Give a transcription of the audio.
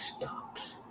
stops